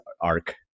arc